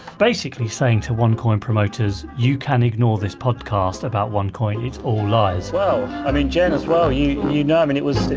basically saying to onecoin promoters, you can ignore this podcast about onecoin. it's all lies well, i mean, jen, as well, you you know, um and it was